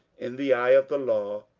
in the eye of the law,